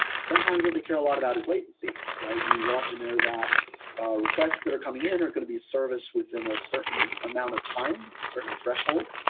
sometimes what they care a lot about is latency, right? you want to know that ah requests that are coming in are going to be serviced within a certain amount of time, a certain threshold.